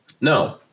No